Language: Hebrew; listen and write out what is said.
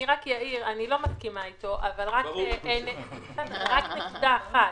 אני לא מסכימה איתו אבל רק נקודה אחת: